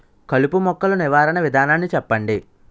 కలుపు మొక్కలు నివారణ విధానాన్ని చెప్పండి?